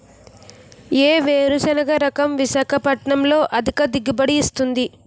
ఏ వేరుసెనగ రకం విశాఖపట్నం లో అధిక దిగుబడి ఇస్తుంది?